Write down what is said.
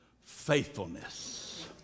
faithfulness